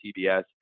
tbs